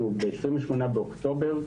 אנחנו ב-28 באוקטובר,